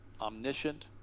omniscient